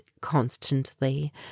constantly